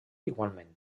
igualment